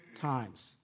times